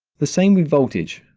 the same with voltage,